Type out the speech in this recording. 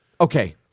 Okay